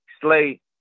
Slay